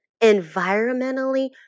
environmentally